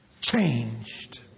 Changed